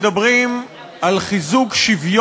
במציאות שבה